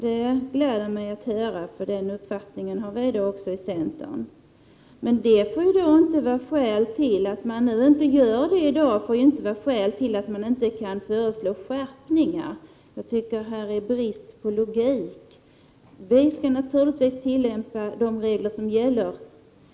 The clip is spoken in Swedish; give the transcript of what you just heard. Det gläder mig att höra, därför att den uppfattningen har också vi i centern. Att man ändå inte gör det i dag får inte vara skäl till att inte föreslå skärpningar. Det brister i logiken. Vi skall naturligtvis strikt tillämpa de regler som gäller.